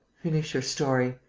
finish your story.